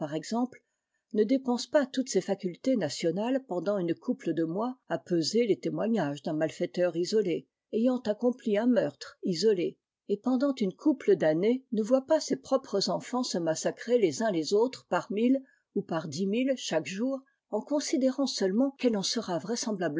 exemple ne dépense pas toutes ses facultés nationales pendant une couple de mois à peser les témoignages d'un malfaiteur isolé ayant accompli un meurtre isolé a et pendant une couple d'années ne voit pas ses propres enfants se massacrer les uns les autres par mille ou par dix mille chaque jour en considérant seulement quel en sera vraisemblablement